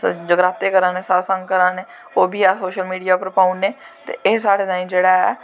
जगराते करा ने सतसंग करा ने ओह् बी अस सोशल मीडिया पर पाई ओड़ने ते एह् साढ़े तांई जेह्ड़ा ऐ